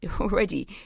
already